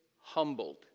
humbled